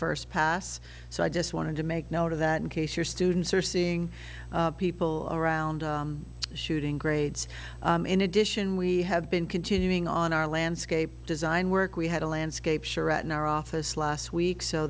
first pass so i just wanted to make note of that in case your students are seeing people around shooting grades in addition we have been continuing on our landscape design work we had a landscape charette in our office last week so